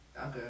Okay